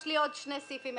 יש לי עוד שני סעיפים,